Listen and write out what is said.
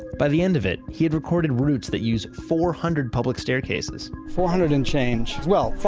by the end of it, he'd recorded routes that use four hundred public staircases four hundred and change. well,